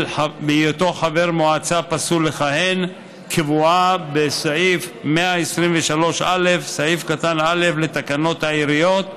היותו חבר מועצה פסול לכהן קבועה בסעיף 123א(א) לתקנות העיריות,